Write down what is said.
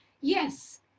Yes